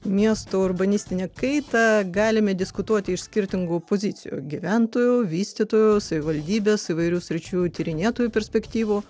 miesto urbanistinė kaitą galime diskutuoti iš skirtingų pozicijų gyventojų vystytojų savivaldybės įvairių sričių tyrinėtojų perspektyvų